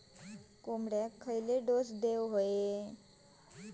कोंबड्यांक खयले डोस दितत?